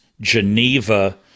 Geneva